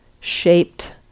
shaped